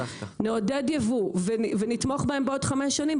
נעודד ייבוא ונתמוך בהם בעוד חמש שנים,